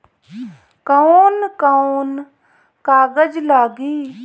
कौन कौन कागज लागी?